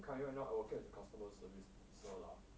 currently right now I working as a customer service officer lah